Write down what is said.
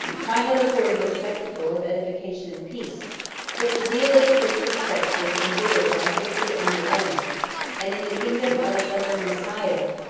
might have afforded a spectacle of edification and peace but the zeal of the christian sects was imbittered by hatred and revenge and in the kingdom of a suffering messiah,